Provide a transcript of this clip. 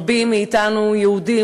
רבים מאתנו: יהודים,